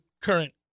current